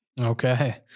Okay